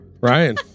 Ryan